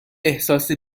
احساس